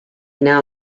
now